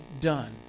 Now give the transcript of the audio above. done